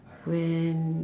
when